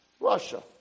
Russia